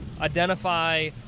identify